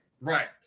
right